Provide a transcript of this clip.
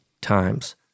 times